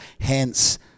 hence